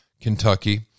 Kentucky